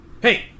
Hey